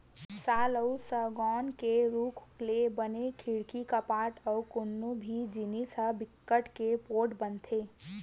साल अउ सउगौन के रूख ले बने खिड़की, कपाट अउ कोनो भी जिनिस ह बिकट के पोठ बनथे